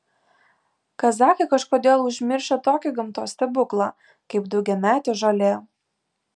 kazachai kažkodėl užmiršę tokį gamtos stebuklą kaip daugiametė žolė